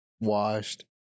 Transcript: washed